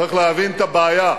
צריך להבין את הבעיה.